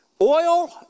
oil